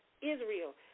Israel